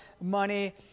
money